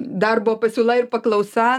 darbo pasiūla ir paklausa